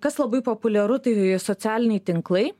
kas labai populiaru tai socialiniai tinklai